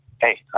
hey